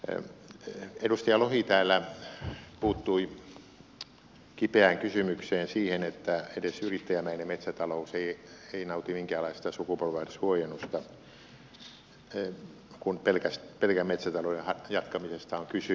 edustaja lohi täällä puuttui kipeään kysymykseen siihen että edes yrittäjämäinen metsätalous ei nauti minkäänlaista sukupolvenvaihdoshuojennusta kun pelkän metsätalouden jatkamisesta on kysymys